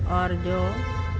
और जो